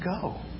go